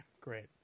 great